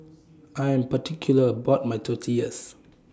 I Am particular about My Tortillas